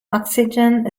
oxygen